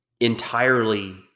entirely